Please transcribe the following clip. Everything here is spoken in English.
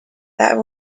that